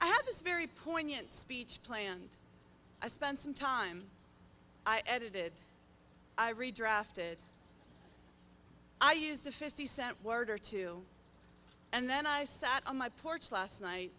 this very poignant speech planned i spent some time i edited i redrafted i used a fifty cent word or two and then i sat on my porch last night